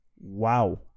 Wow